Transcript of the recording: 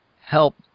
help